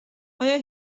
آیا